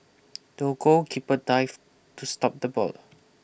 the goalkeeper dived to stop the ball